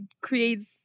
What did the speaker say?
creates